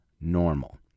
normal